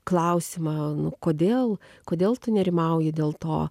klausimą nu kodėl kodėl tu nerimauji dėl to